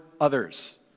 others